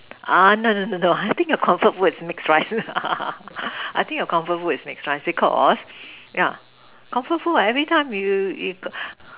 uh no no no no I think your comfort food is mixed rice I think your comfort food is mixed rice because ya comfort food everytime you you got